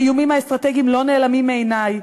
האיומים האסטרטגיים לא נעלמים מעיני,